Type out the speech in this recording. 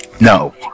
no